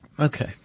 Okay